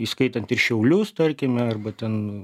įskaitant ir šiaulius tarkime arba ten